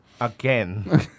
Again